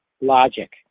logic